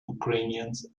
ukrainians